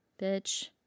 Bitch